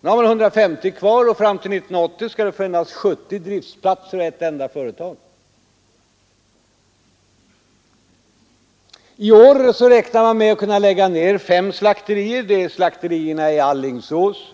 Nu har man 150 mejerier kvar, och år 1980 skall det finnas 70 driftsplatser och ett enda företag. I år räknar man med att kunna lägga ned fem slakterier, nämligen slakterierna i Alingsås,